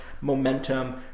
momentum